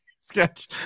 sketch